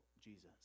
Jesus